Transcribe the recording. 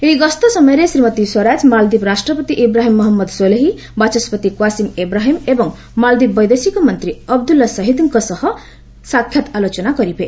ଏହି ଗସ୍ତ ସମୟରେ ଶ୍ରୀମତୀ ସ୍ୱରାଜ ମାଳଦୀପ ରାଷ୍ଟ୍ରପତି ଇବ୍ରାହିମ୍ ମହମ୍ମଦ ସୋଲ୍ହୀ ବାଚସ୍କତି କ୍ୱାସିମ୍ ଇବ୍ରାହିମ ଏବଂ ମାଳଦୀପ ବୈଦେଶିକ ମନ୍ତ୍ରୀ ଅବଦୁଲ୍ଲା ସାହିଦଙ୍କ ସହ ସାକ୍ଷାତ ଆଲୋଚନା କରିବେ